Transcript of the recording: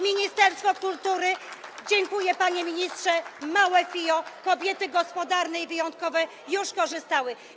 Ministerstwo kultury - dziękuję, panie ministrze - małe FIO, kobiety gospodarne i wyjątkowe już skorzystały.